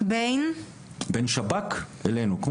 בין שב"כ אלינו.